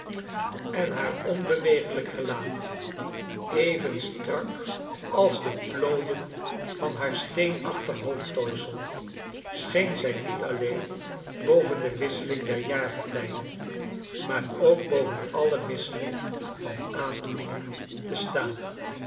en baar onbewegelijk gelaat even strak als de plooien van baar steenachtig hoofdtooisel scbeen zij niet alleen boven de wisseling der jaargetrjden maar ook boven alie wisseling van aandoeningen te staan